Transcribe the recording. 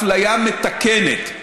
אפליה מתקנת,